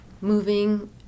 moving